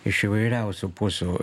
iš įvairiausių pusių